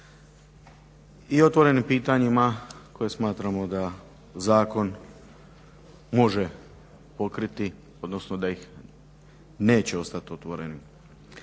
i otvorenim pitanjima koja smatramo da zakon može pokriti, odnosno da neće ostat otvoren.